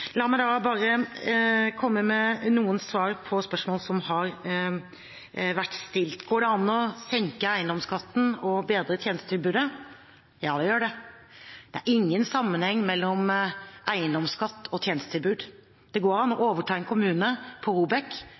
an å senke eiendomsskatten og bedre tjenestetilbudet? Ja, det gjør det. Det er ingen sammenheng mellom eiendomsskatt og tjenestetilbud. Det går an å overta en kommune fra ROBEK